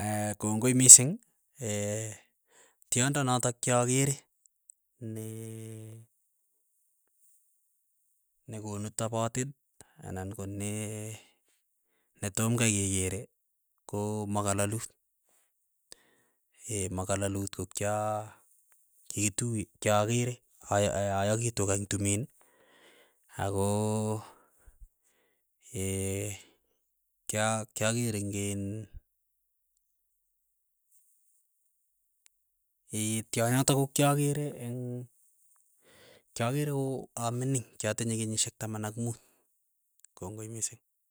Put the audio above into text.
kongoi mising. tyondo notok kyokere ne nekonu tapatet anan ko ne ne tomkai kekere ko makalalut, makalalut ko kya ketu kyakere aya- ya- ya- ayaki eng' tumin ako kya kyakeer eng' in tyonyotok ko kyakere eng' kyakere ko amining, kyatinye kenyishek taman ak muut, kongoi mising.